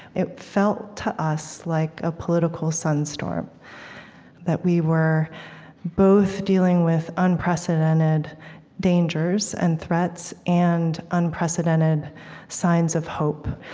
it felt, to us, like a political sunstorm that we were both dealing with unprecedented dangers and threats and unprecedented signs of hope,